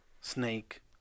Snake